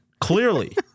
Clearly